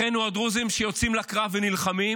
אחינו הדרוזים שיוצאים לקרב ונלחמים